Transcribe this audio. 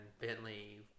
Bentley